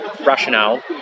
rationale